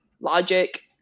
logic